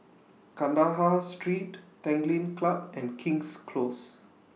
Kandahar Street Tanglin Club and King's Close